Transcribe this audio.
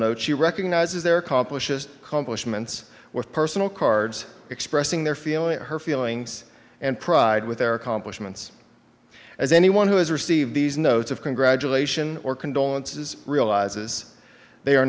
note she recognizes their accomplishments complements were personal cards expressing their feelings her feelings and pride with their accomplishments as anyone who has received these notes of congratulation or condolences realizes they are